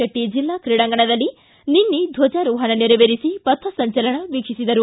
ಶೆಟ್ಟಿ ಜಿಲ್ಲಾ ಕ್ರೀಡಾಂಗಣದಲ್ಲಿ ನಿನ್ನೆ ಧ್ವಜಾರೋಹಣ ನೆರವೇರಿಸಿ ಪಥ ಸಂಚಲನ ವೀಕ್ಷಿಸಿದರು